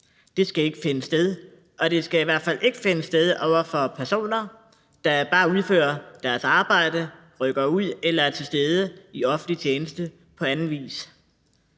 Det skal ikke finde sted, og det skal i hvert fald ikke finde sted over for personer, der bare udfører deres arbejde, rykker ud eller er til stede i offentlig tjeneste på anden vis.